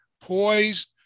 poised